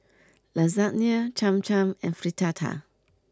Lasagne Cham Cham and Fritada